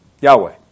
Yahweh